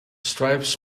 stripes